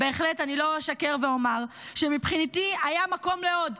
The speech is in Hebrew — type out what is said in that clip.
אני לא אשקר ואומר שמבחינתי היה מקום לעוד,